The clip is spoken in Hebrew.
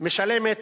משלמת